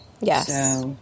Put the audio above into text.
Yes